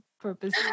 purpose